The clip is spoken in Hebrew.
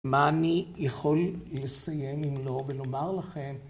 מה אני יכול לסיים אם לא, ולומר לכם?